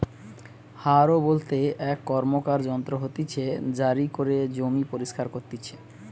হারও বলতে এক র্কমকার যন্ত্র হতিছে জারি করে জমি পরিস্কার করতিছে